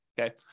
okay